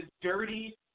dirty